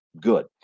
good